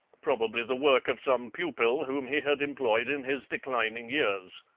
probably the work of some pupil whom he had employed in his declining years.